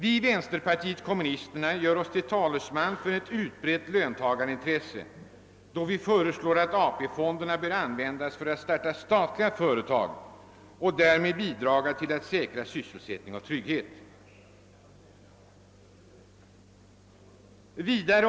Vi i vänsterpartiet kommunisterna gör oss till talesmän för ett utbrett löntagarintresse då vi föreslår att AP-fonderna bör användas för att starta statliga företag och därmed bidraga till att säkra sysselsättning och trygghet.